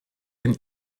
denn